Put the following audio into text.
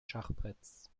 schachbretts